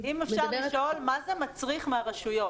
אם אפשר לשאול מה זה מצריך מהרשויות.